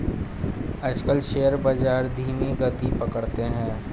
आजकल शेयर बाजार धीमी गति पकड़े हैं